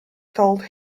told